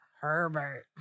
Herbert